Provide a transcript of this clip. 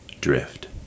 drift